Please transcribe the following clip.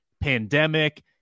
pandemic